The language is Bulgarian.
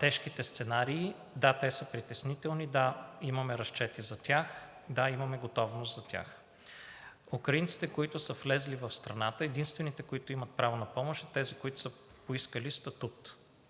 тежките сценарии. Да, те са притеснителни. Да, имаме разчетите за тях. Да, имаме готовност за тях. От украинците, които са влезли в страната, единствените, които имат право на помощ, са тези, които са поискали статут.